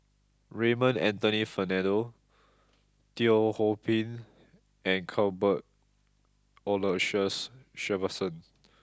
Raymond Anthony Fernando Teo Ho Pin and Cuthbert Aloysius Shepherdson